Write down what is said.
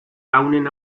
lagunen